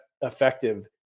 effective